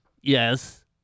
yes